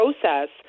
process